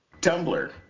Tumblr